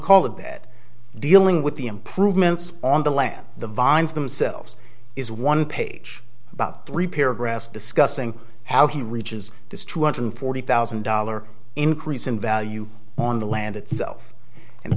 call it that dealing with the improvements on the land the vines themselves is one page about three paragraphs discussing how he reaches this two hundred forty thousand dollar increase in value on the land itself and